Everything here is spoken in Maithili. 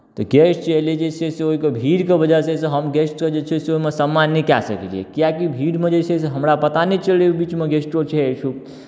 तऽ गेस्ट जे एलै जे छै से ओहिके भीड़के वजहसँ हम गेस्टके जे छै से ओहिमे सम्मान नहि कए सकलियै किएकि भीड़मे जे छै से हमरा पता नहि चलय ओहि बीचमे गेस्टो छै